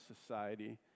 society